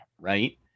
right